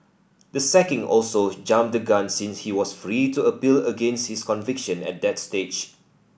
the sacking also jumped the gun since he was free to appeal against his conviction at that stage